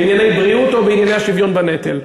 בענייני בריאות או בענייני השוויון בנטל.